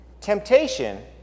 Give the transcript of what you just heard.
Temptation